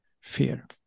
fear